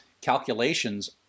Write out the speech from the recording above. calculations